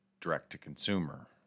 direct-to-consumer